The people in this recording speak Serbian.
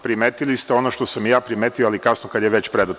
Primetili ste ono što sam i ja primetio, ali kasno, kada je već predato.